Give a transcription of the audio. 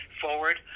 forward